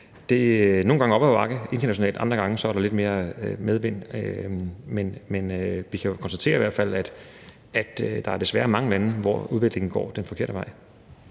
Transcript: Det er nogle gange op ad bakke internationalt, andre gange er der lidt mere medvind. Men vi kan jo i hvert fald konstatere, at der desværre er mange lande, hvor udviklingen går den forkerte vej.